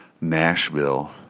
Nashville